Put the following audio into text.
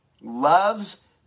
loves